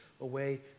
away